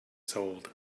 sold